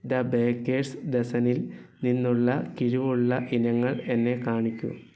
the baker's dozen നിൽ നിന്നുള്ള കിഴിവുള്ള ഇനങ്ങൾ എന്നെ കാണിക്കൂ